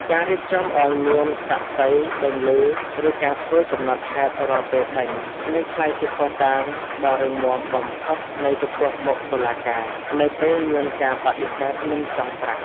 ការរៀបចំឱ្យមាន "សាក្សី" ដឹងឮ ឬការធ្វើកំណត់ហេតុរាល់ពេលដេញ នឹងក្លាយជាភស្តុតាងដ៏រឹងមាំបំផុតនៅចំពោះមុខតុលាការ នៅពេលមានការបដិសេធមិនសងប្រាក់។